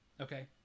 Okay